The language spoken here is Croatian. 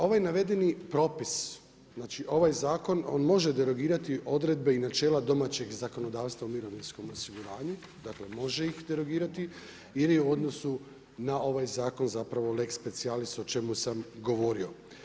Ovaj navedeni propis, znači ovaj zakon on može derogirati odredbe i načela domaćeg zakonodavstva u mirovinskom osiguranju, dakle može ih derogirati jer je u odnosu na ovaj zakon lex specialis o čemu sam govorio.